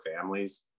families